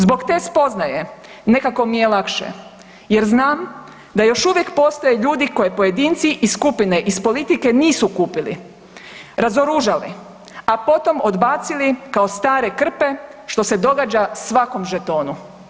Zbog te spoznaje nekako mi je lakše, jer znam da još uvijek postoje ljudi koje pojedinci i skupine iz politike nisu kupili, razoružali a potom odbacili kao stare krpe što se događa svakom žetonu.